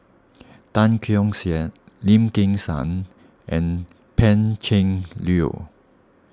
Tan Keong Saik Lim Kim San and Pan Cheng Lui